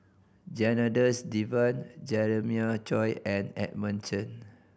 Janadas Devan Jeremiah Choy and Edmund Chen